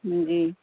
جی